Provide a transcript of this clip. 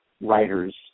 writers